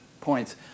points